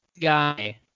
guy